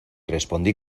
respondí